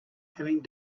having